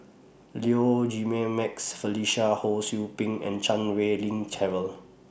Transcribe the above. Low Felicia Ho SOU Ping and Chan Wei Ling Cheryl